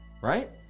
right